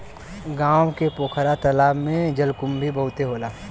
गांव के पोखरा तालाब में जलकुंभी बहुते होला